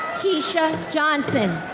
keisha johnson.